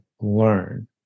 learn